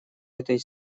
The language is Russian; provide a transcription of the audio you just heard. этой